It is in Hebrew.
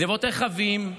גנבות רכבים,